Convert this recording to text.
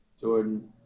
Jordan